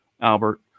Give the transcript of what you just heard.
Albert